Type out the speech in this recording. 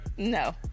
No